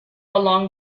along